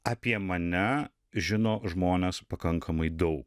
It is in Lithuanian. apie mane žino žmonės pakankamai daug